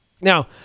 Now